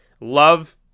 love